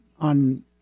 on